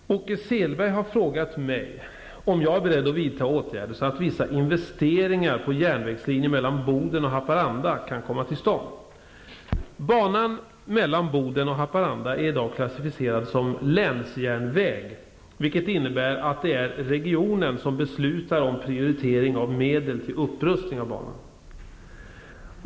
Fru talman! Åke Selberg har frågat mig om jag är beredd att vidta åtgärder så att vissa investeringar på järnvägslinjen mellan Boden och Haparanda kan komma till stånd. Banan mellan Boden och Haparanda är i dag klassificerad som länsjärnväg, vilket innebär att det är regionen som beslutar om prioritering av medel till upprustning av banan.